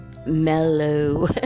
Mellow